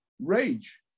rage